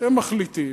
אתם מחליטים.